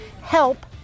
help